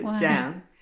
down